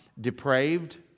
depraved